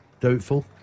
Doubtful